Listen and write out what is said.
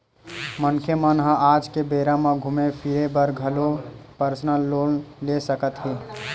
मनखे मन ह आज के बेरा म घूमे फिरे बर घलो परसनल लोन ले सकत हे